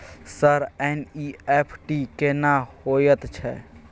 Sir NEFT केना होयत छै?